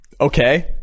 Okay